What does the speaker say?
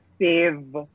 Save